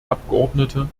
abgeordnete